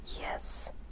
Yes